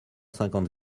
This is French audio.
cinquante